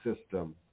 system